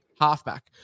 halfback